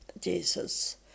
Jesus